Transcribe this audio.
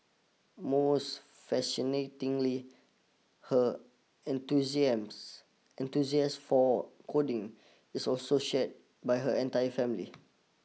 most fascinatingly her enthusiast for coding is also shared by her entire family